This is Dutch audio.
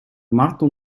marathon